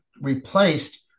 replaced